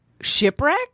Shipwreck